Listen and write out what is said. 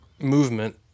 movement